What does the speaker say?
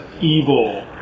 evil